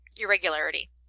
irregularity